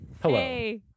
Hello